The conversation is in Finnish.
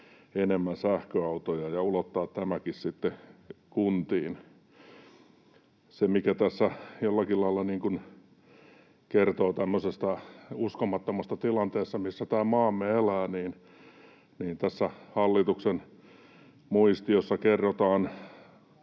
enemmän sähköautoja, ja ulottaa tämäkin sitten kuntiin? Se, mikä tässä jollakin lailla kertoo tämmöisestä uskomattomasta tilanteessa, missä tämä maamme elää, niin tässä hallituksen muistiossa kerrotaan